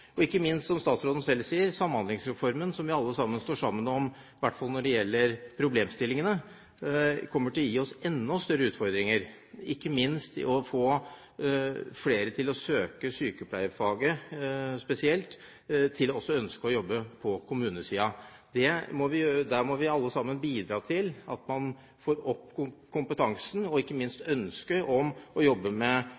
Og som statsråden selv sier: Samhandlingsreformen, som vi alle sammen står sammen om – iallfall når det gjelder problemstillingene – kommer til å gi oss enda større utfordringer, ikke minst når det gjelder å få flere til å søke spesielt sykepleierfaget og å ønske å jobbe på kommunesiden. Vi må alle bidra til at man får opp kompetansen og ikke minst